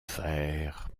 faire